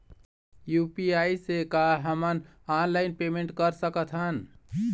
UPI से का हमन ऑनलाइन पेमेंट कर सकत हन?